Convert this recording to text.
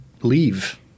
leave